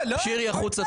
שירי, החוצה.